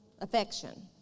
affection